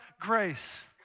grace